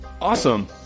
Awesome